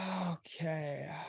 Okay